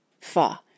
Fa